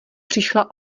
přišla